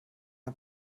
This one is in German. ein